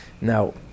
Now